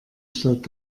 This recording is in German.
stadt